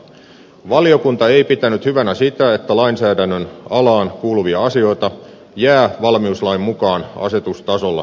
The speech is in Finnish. valiokunta ei pitänyt hyvänä sitä että lainsäädännön alaan kuuluvia asioita jää valmiuslain mukaan asetustasolla säädettäviksi